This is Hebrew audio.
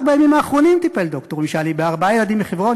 רק בימים האחרונים טיפל ד"ר משאלי בארבעה ילדים מחברון,